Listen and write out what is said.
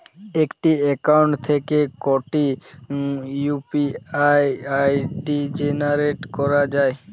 একটি অ্যাকাউন্ট থেকে কটি ইউ.পি.আই জেনারেট করা যায়?